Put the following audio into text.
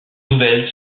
nouvelle